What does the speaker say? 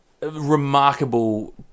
remarkable